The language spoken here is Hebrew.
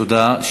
תודה.